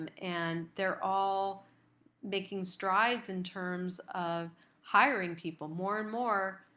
and and they're all making strides in terms of hiring people, more and more,